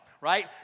right